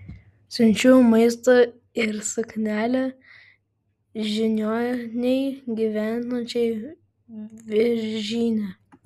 siunčiu maisto ir suknelę žiniuonei gyvenančiai viržyne